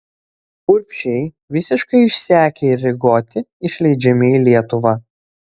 urbšiai visiškai išsekę ir ligoti išleidžiami į lietuvą